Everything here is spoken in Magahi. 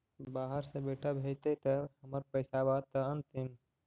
बाहर से बेटा भेजतय त हमर पैसाबा त अंतिम?